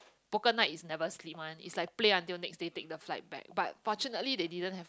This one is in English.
poker night is never sleep one is like play until next day take the flight back but fortunately they didn't have